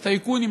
הטייקונים,